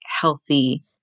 healthy